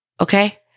Okay